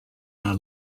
our